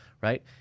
right